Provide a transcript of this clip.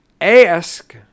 Ask